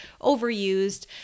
overused